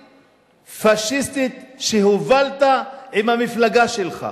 הגזענית-פאשיסטית שהובלת עם המפלגה שלך?